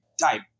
time